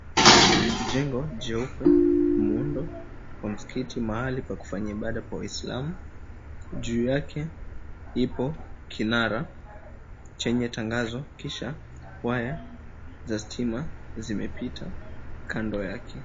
Jengo jeupe muundo wa msikiti mahali pa kufanya ibada kwa waislamu juu yake ipo kinara chenye tangazo kisha waya za stima zimepita kando yake.